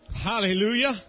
Hallelujah